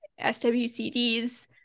SWCDs